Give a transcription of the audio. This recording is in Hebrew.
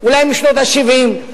אולי משנות ה-70,